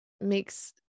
makes